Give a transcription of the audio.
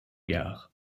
gare